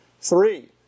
Three